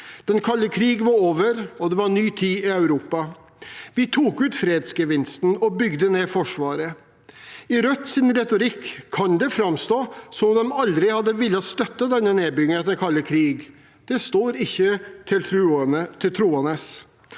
Den kalde krigen var over, og det var en ny tid i Europa. Vi tok ut fredsgevinsten og bygde ned Forsvaret. I Rødts retorikk kan det framstå som at de aldri hadde villet støtte denne nedbyggingen etter den kalde krigen. Det står ikke til troende.